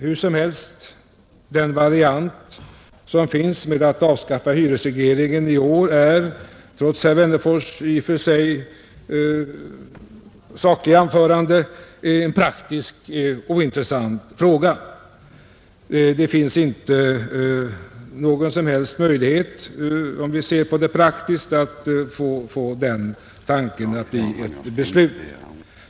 Hur som helst — förslaget i reservationen 1 att hyresregleringen skall avskaffas i år är trots herr Wennerfors i och för sig sakliga anförande en praktiskt ointressant fråga. Det finns inte någon möjlighet, om vi ser på det praktiskt, att den tanken skulle kunna förverkligas och ett beslut i den riktningen fattas.